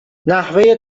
نحوه